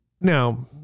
Now